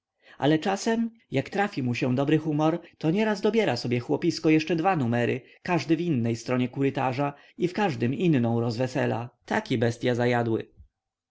ale czasem jak trafi mu się dobry humor to nieraz dobiera sobie chłopisko jeszcze dwa numery każdy w innej stronie kurytarza i w każdym inną rozwesela taki bestya zajadły